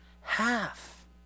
half